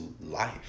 life